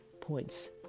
points